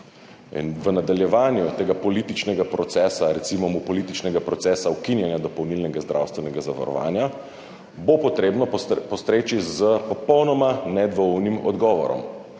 V nadaljevanju tega političnega procesa, recimo mu političnega procesa ukinjanja dopolnilnega zdravstvenega zavarovanja, bo potrebno postreči s popolnoma nedvoumnim odgovorom,